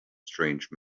strange